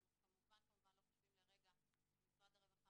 אנחנו כמובן כמובן לא חושבים לרגע שמשרד הרווחה